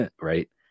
Right